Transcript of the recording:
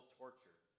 torture